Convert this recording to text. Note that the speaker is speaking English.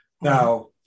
Now